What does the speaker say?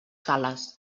cales